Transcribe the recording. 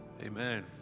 Amen